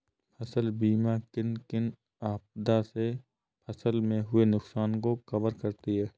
फसल बीमा किन किन आपदा से फसल में हुए नुकसान को कवर करती है